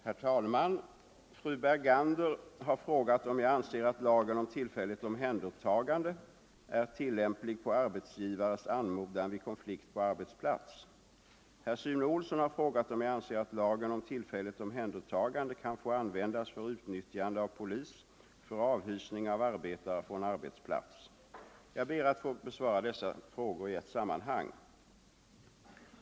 Herr talman! Fru Bergander har frågat, om jag anser att lagen om tillfälligt omhändertagande är tillämplig på arbetsgivares anmodan vid konflikt på arbetsplats. Herr Sune Olsson har frågat, om jag anser att lagen om tillfälligt omhändertagande kan få användas för utnyttjande av polis för avhysning av arbetare från arbetsplats. Jag ber att få besvara dessa frågor i ett sammanhang.